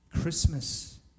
Christmas